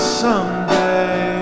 someday